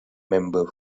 member